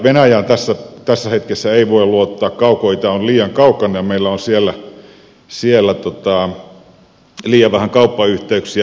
venäjään tässä hetkessä ei voi luottaa kaukoitä on liian kaukana ja meillä on siellä liian vähän kauppayhteyksiä